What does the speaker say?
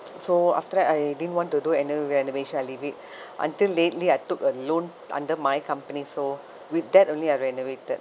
so after that I didn't want to do any renovation I leave it until lately I took a loan under my company so with that only I renovated